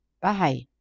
Bye